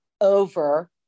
over